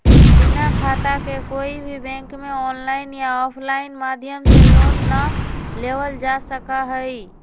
बिना खाता के कोई भी बैंक में आनलाइन या आफलाइन माध्यम से लोन ना लेबल जा सका हई